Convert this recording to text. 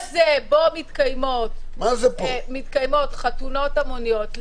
המקום הזה שבו מתקיימות חתונות המוניות,